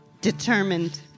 determined